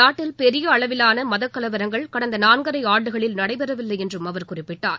நாட்டில் பெரிய அளவிலான மதக் கலவரங்கள் கடந்த நான்கரை ஆண்டுகளில் நடைபெறவில்லை என்றும் அவர் குறிப்பிட்டார்